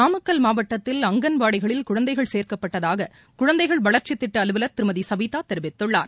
நாமக்கல் மாவட்டத்தில் அங்கன்வாடிகளில் குழந்தைகள் சேர்க்கப்பட்டதாக குழந்தைகள் வளர்ச்சித் திட்ட அலுவலர் திருமதி சவிதா தெரிவித்துள்ளார்